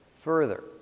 further